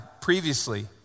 previously